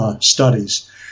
studies